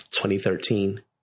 2013